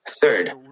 Third